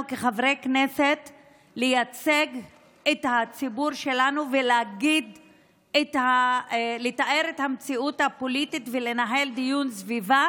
כחברי כנסת לייצג את הציבור שלנו ולתאר את המציאות הפוליטית ולנהל סביבה